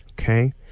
okay